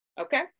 Okay